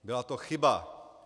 Byla to chyba.